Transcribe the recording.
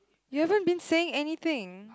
you haven't been saying anything